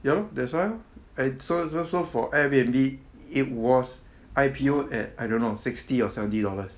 ya lor that's why lor eh so so so for airbnb it was I_P_O at I don't know seventy or sixty dollars